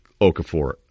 Okafor